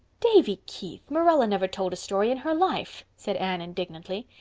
davy keith, marilla never told a story in her life, said anne indignantly.